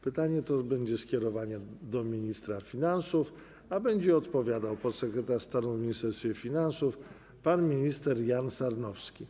Pytanie to będzie skierowane do ministra finansów, a będzie odpowiadał podsekretarz stanu w Ministerstwie Finansów pan minister Jan Sarnowski.